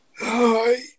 Hi